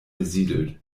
besiedelt